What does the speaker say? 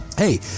Hey